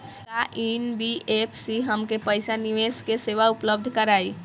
का एन.बी.एफ.सी हमके पईसा निवेश के सेवा उपलब्ध कराई?